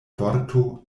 vorto